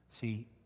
See